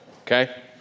okay